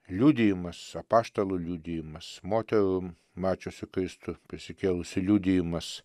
liudijimas apaštalų liudijimas moterų mačiusių kristų prisikėlusį liudijimas